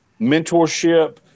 mentorship